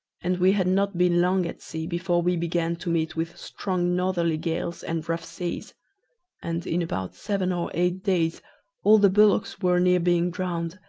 and we had not been long at sea before we began to meet with strong northerly gales and rough seas and in about seven or eight days all the bullocks were near being drowned,